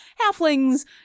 halflings